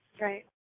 Right